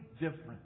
different